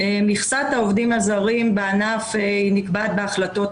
המכסה הכוללת של העובדים הזרים היא היום 25,900 והיא מורכבת מ-25,200